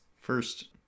first